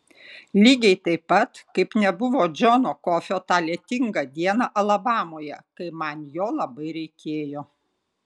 lygiai taip pat kaip nebuvo džono kofio tą lietingą dieną alabamoje kai man jo labai reikėjo